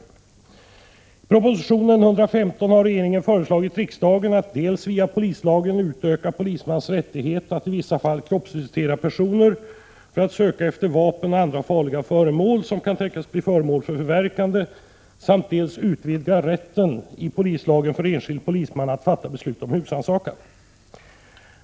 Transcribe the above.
I proposition 1986/87:115 har regeringen föreslagit riksdagen att dels via polislagen utöka polismans rättighet att i vissa fall kroppsvisitera personer för att söka efter vapen och andra farliga saker, som kan tänkas bli föremål för förverkande, dels utvidga rätten i polislagen för enskild polisman att fatta beslut om husrannsakan.